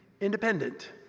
independent